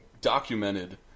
documented